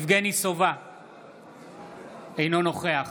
אינו נוכח